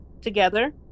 together